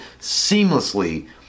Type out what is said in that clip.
seamlessly